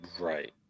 Right